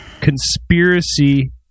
conspiracy